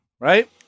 right